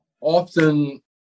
often